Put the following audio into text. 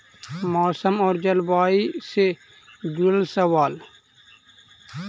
मौसम और जलवायु से जुड़ल सवाल?